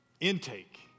Intake